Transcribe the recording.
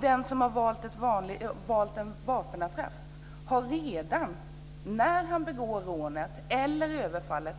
Den som har valt en vapenattrapp har redan när han begår rånet eller överfallet